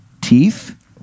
teeth